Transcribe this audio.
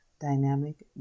Dynamic